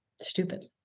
stupid